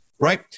Right